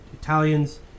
Italians